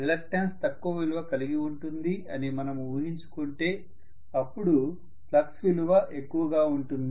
reluctance తక్కువ విలువ కలిగి ఉంటుంది అని మనము ఊహించుకుంటే అపుడు ఫ్లక్స్ విలువ ఎక్కువగా ఉంటుంది